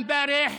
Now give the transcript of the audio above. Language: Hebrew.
אני דיברתי